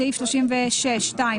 בסעיף 36(2),